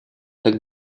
так